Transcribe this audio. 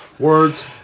Words